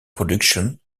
productions